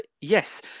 Yes